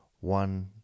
one